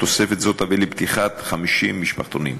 תוספת זו תביא לפתיחת 50 משפחתונים.